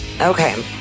Okay